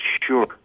sure